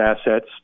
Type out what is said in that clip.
assets